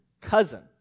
cousin